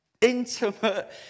intimate